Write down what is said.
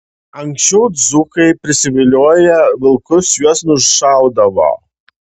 anksčiau dzūkai prisivilioję vilkus juos nušaudavo